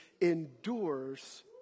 endures